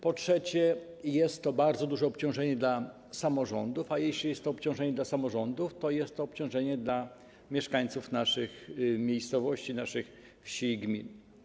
Po trzecie, jest to bardzo duże obciążenie dla samorządów, a jeśli jest to obciążenie dla samorządów, to jest to obciążenie dla mieszkańców naszych miejscowości, naszych wsi i gmin.